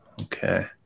Okay